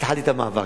התחלתי את המאבק.